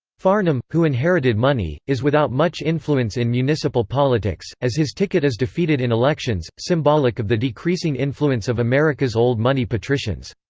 farnham, who inherited money, is without much influence in municipal politics, as his ticket is defeated in elections, symbolic of the decreasing influence of america's old-money patricians.